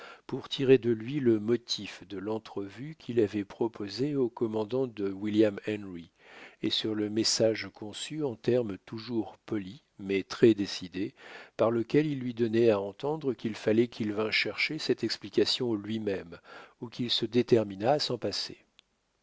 pour tirer de lui le motif de l'entrevue qu'il avait proposée au commandant de williamhenry et sur le message conçu en termes toujours polis mais très décidés par lequel il lui donnait à entendre qu'il fallait qu'il vînt chercher cette explication lui-même ou qu'il se déterminât à s'en passer